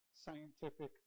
scientific